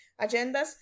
agendas